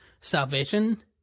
salvation